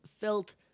felt